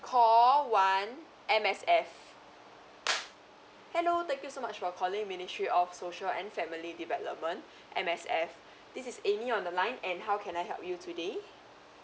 call one M_S_F hello thank you so much for calling ministry of social and family development M_S_F this is amy on the line and how can I help you today